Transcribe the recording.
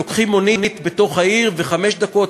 לוקחים מונית בתוך העיר וחמש דקות,